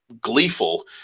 gleeful